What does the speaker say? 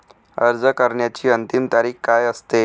अर्ज करण्याची अंतिम तारीख काय असते?